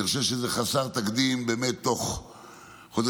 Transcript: אני חושב שזה חסר תקדים שבתוך חודשים